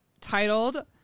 titled